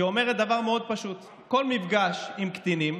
שאומרת דבר מאוד פשוט: כל מפגש עם קטינים